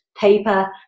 paper